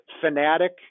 fanatic